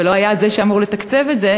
והוא לא זה שהיה אמור לתקצב את זה.